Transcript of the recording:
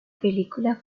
película